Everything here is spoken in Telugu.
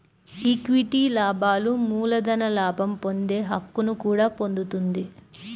ఈక్విటీ లాభాలు మూలధన లాభం పొందే హక్కును కూడా పొందుతుంది